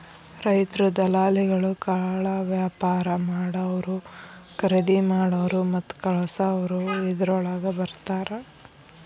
ರೈತ್ರು, ದಲಾಲಿಗಳು, ಕಾಳವ್ಯಾಪಾರಾ ಮಾಡಾವ್ರು, ಕರಿದಿಮಾಡಾವ್ರು ಮತ್ತ ಕಳಸಾವ್ರು ಇದ್ರೋಳಗ ಬರ್ತಾರ